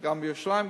גם בירושלים,